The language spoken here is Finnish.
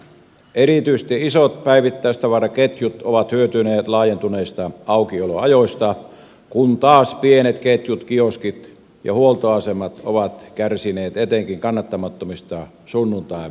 erityisesti isot päivittäistavaraketjut ovat hyötyneet laajentuneista aukioloajoista kun taas pienet ketjut kioskit ja huoltoasemat ovat kärsineet etenkin kannattamattomista sunnuntain aukioloajoista